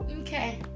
Okay